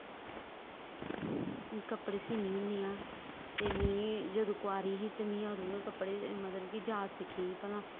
कपड़े सीनी होन्नी आं ते में जदूं कवारी ही ते में अदूं गै मतलव कि जाच सिक्खी ही भला